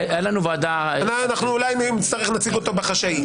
אנחנו אולי אם נצטרך, נציג אותו בחשאי.